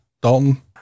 Dalton